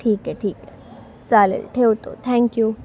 ठीक आहे ठीक आहे चालेल ठेवतो थँक्यू